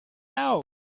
out